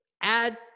add